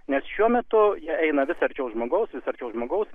nes šiuo metu jie eina vis arčiau žmogaus vis arčiau žmogaus